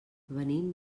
venim